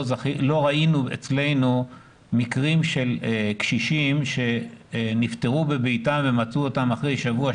ראינו אצלנו מקרים של קשישים שנפטרו בביתם ומצאו אותם אחרי שבוע,